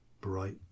bright